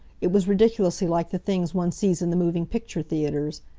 it was ridiculously like the things one sees in the moving picture theaters.